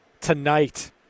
tonight